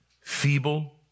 feeble